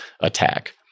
attack